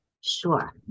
Sure